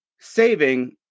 saving